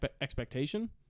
expectation